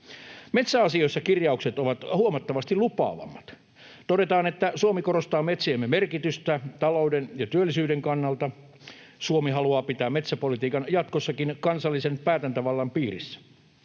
Metsäasioissa kirjaukset ovat huomattavasti lupaavammat. Todetaan, että Suomi korostaa metsiemme merkitystä talouden ja työllisyyden kannalta, Suomi haluaa pitää metsäpolitiikan jatkossakin kansallisen päätäntävallan piirissä.